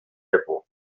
japó